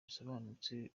bisobanutse